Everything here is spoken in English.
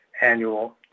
annual